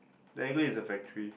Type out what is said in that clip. technically it's a factory